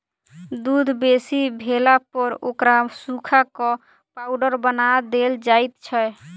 दूध बेसी भेलापर ओकरा सुखा क पाउडर बना देल जाइत छै